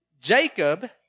Jacob